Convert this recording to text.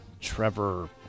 Trevor